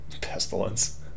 Pestilence